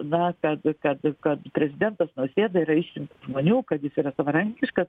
na kad kad kad prezidentas nausėda yra išrinkta žmonių kad jis yra savarankiškas